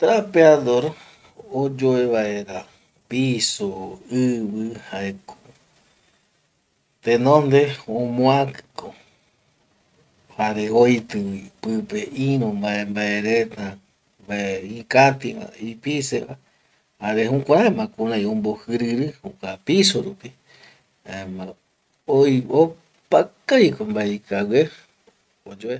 Trapeador oyoevaera piso ivi jaeko, tenonde omoakiko jare oitivi pipe iru mbae mbae reta, mbae ikativa, ipiseva jare jukurai ombojiriri jokua piso rupi, jaema opakaviko mbae ikiague oyoe